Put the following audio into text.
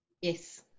Yes